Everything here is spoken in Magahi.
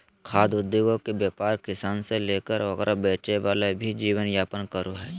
खाद्य उद्योगके व्यापार किसान से लेकर ओकरा बेचे वाला भी जीवन यापन करो हइ